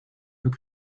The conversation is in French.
veut